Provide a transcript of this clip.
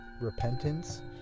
repentance